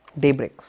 daybreaks